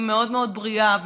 והיא מאוד מאוד בריאה,